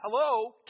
Hello